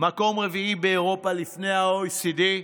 מקום רביעי באירופה לפי ה-OECD,